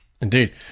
Indeed